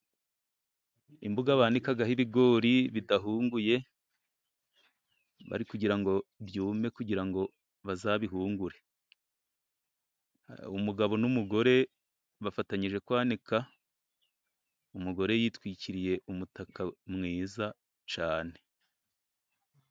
Imbuga bandikaho ibigori bidahunguye, bari kugira byume kugira bazabihungure, umugabo n'umugore bafatanyije kwanika, umugore yitwikiriye umutaka mwiza cyane.